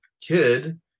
kid